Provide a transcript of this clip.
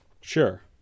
Sure